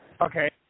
Okay